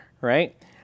right